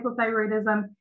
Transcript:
hypothyroidism